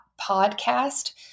podcast